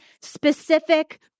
specific